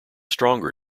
stronger